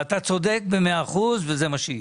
ואתה צודק במאה אחוז וזה מה שיהיה.